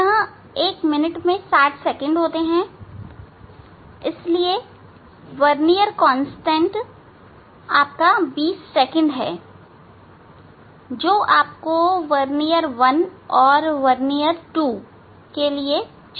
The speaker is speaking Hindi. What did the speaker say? पुनः 1 मिनट में 60 सेकंड होते हैं इसलिए वर्नियर कांस्टेंट 20 सेकंड है जो आपको वर्नियर 1 और वर्नियर 2 के लिए जांचना होगा